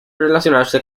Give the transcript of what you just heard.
relacionarse